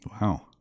Wow